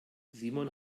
simon